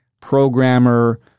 programmer